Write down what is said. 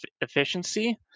efficiency